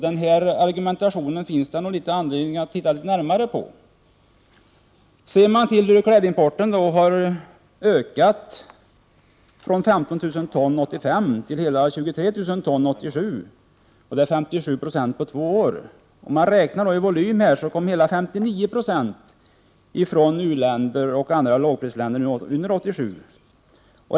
Den argumentationen finns det anledning att se litet närmare på. Klädimporten från u-länderna har ökat från 15 000 ton år 1985 till hela 23 000 ton år 1987, eller 57 26 på två år. Räknat i volym kom hela 59 26 av klädimporten från u-länder och andra lågprisländer år 1987.